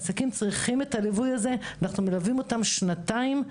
עסקים צריכים את הליווי הזה; אנחנו מלווים אותם שנתיים,